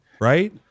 right